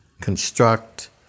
construct